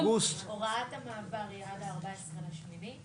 הוראת המעבר היא עד ה-14 באוגוסט.